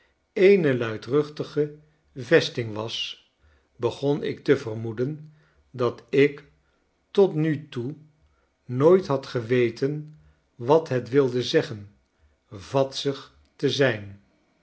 eene luidruchtige vesting was begon ik te vermoeden dat ik tot nu toe nooit had geweten wat het wilde zeggen vadsig te zijn